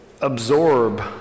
absorb